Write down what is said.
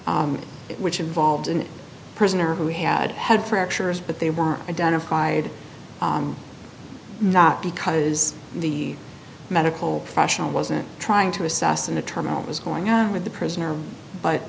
fisher which involved an prisoner who had had fractures but they were identified not because the medical professional wasn't trying to assassinate a terminal it was going on with the prisoner but